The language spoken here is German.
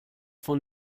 von